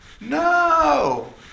No